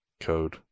code